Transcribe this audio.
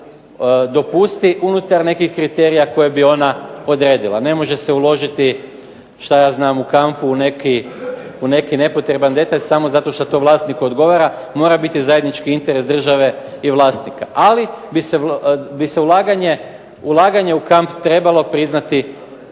država dopusti unutar nekih kriterija koje bi ona odredila. Ne može se uložiti šta ja znam u kampu u neki nepotreban detalj samo zato šta to vlasniku odgovara. Mora biti zajednički interes države i vlasnika. Ali bi se ulaganje u kamp trebalo priznati